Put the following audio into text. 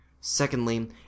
Secondly